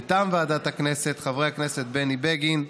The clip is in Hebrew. מטעם ועדת הכנסת: חבר הכנסת בני בגין,